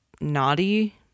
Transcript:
naughty